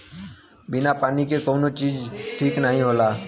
बिना पानी के कउनो चीज ठीक नाही होला